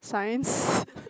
science